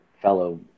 fellow